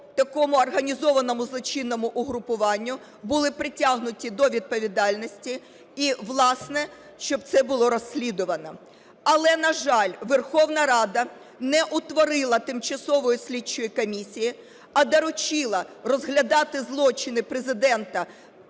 такому організованому злочинному угрупуванню були притягнуті до відповідальності і, власне, щоб це було розслідувано. Але, на жаль, Верховна Рада не утворила тимчасової слідчої комісії, а доручила розглядати злочини Президента,